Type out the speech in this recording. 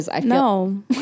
No